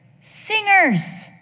singers